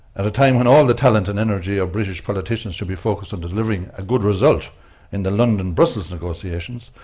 at a time when all the talent and energy of british politicians should be focused on delivering a good result in the london-brussels negotiation,